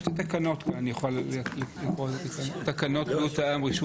יש לי כאן את תקנות בריאות העם (רישום